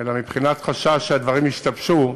אלא מבחינת חשש שהדברים ישתבשו,